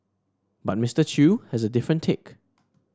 but Mister Chew has a different take